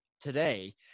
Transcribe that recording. today